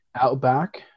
Outback